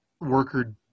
worker